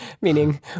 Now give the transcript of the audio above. meaning